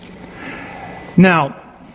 Now